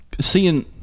seeing